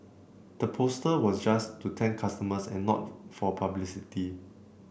the poster was just to thank customers and not for publicity